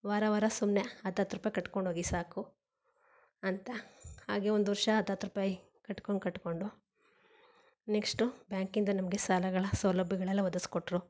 ವಾರ ವಾರ ಸುಮ್ಮನೆ ಹತ್ತು ಹತ್ತು ರೂಪಾಯಿ ಕಟ್ಕೊಂಡು ಹೋಗಿ ಸಾಕು ಅಂತ ಹಾಗೇ ಒಂದು ವರ್ಷ ಹತ್ತು ಹತ್ತು ರೂಪಾಯಿ ಕಟ್ಕೊಂಡು ಕಟ್ಟಿಕೊಂಡು ನೆಕ್ಷ್ಟು ಬ್ಯಾಂಕಿಂದ ನಮಗೆ ಸಾಲಗಳ ಸೌಲಭ್ಯಗಳೆಲ್ಲ ಒದಗಿಸ್ಕೊಟ್ರು